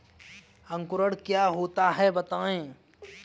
अंकुरण क्या होता है बताएँ?